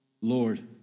Lord